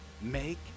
Make